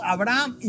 Abraham